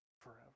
forever